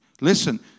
Listen